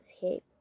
shape